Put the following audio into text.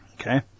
Okay